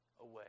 away